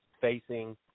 facing